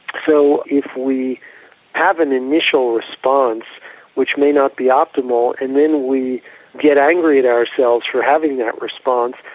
so if we have an initial response which may not be optimal and then we get angry at ourselves for having that response,